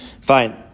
Fine